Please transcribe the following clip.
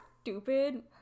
stupid